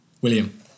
William